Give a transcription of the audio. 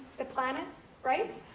the planets, right?